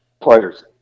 players